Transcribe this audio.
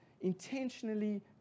intentionally